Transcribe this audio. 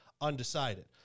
undecided